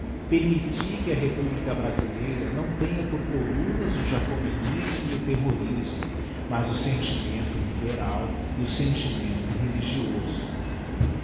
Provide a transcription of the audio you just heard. permitti que a republica brasileira nâo tenha por columnas o jacobinismo e o terrorismo mas o sentimento liberal e o